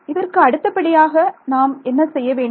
இதற்கு அடுத்தபடியாக நாம் என்ன செய்ய வேண்டும்